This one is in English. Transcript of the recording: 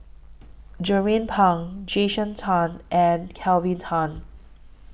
Jernnine Pang Jason Chan and Kelvin Tan